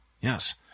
Yes